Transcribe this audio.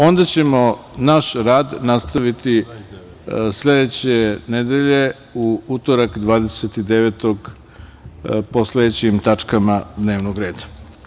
Onda ćemo naš rad nastaviti sledeće nedelje, u utorak 29. juna, po sledećim tačkama dnevnog reda.